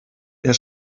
der